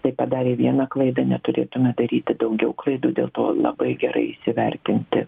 tai padarę vieną klaidą neturėtume daryti daugiau klaidų dėl to labai gerai įsivertinti